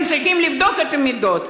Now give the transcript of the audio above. הם צריכים לבדוק את המידע,